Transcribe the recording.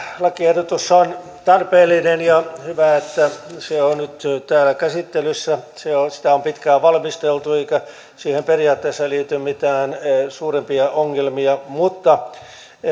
lakiehdotus on tarpeellinen ja hyvä että se on nyt täällä käsittelyssä sitä on pitkään valmisteltu eikä siihen periaatteessa liity mitään suurempia ongelmia mutta